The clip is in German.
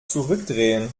zurückdrehen